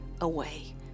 away